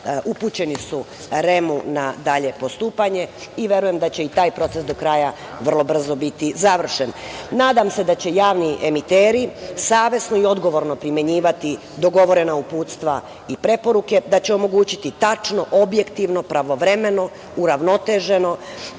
upućeni su REM na dalje postupanje i verujem da će i taj proces do kraja vrlo brzo biti završen. Nadam se da će javni emiteri savesno i odgovorno primenjivati dogovorena uputstva i preporuke, da će omogućiti tačno, objektivno, pravovremeno, uravnoteženo